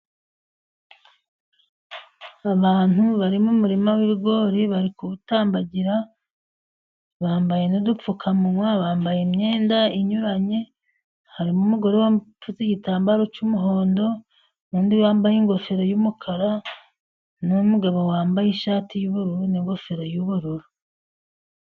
Abantu bari mumurima w'ibigori barikuwutambagira bambaye n'udupfukamunwa. Bambaye imyenda inyuranye harimo umugore wapfutse igitambaro cy'umuhondo, n'undi wambaye ingofero y'umukara. N'umugabo wambaye ishati y'ubururu n'ingofero y'ubururu.